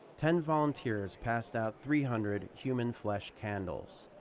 ten volunteers passed out three hundred human flesh candles.